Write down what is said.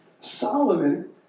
Solomon